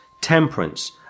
temperance